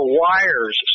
wires